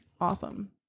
Awesome